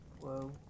Whoa